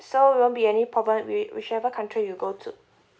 so it won't be any problem with whichever country you go to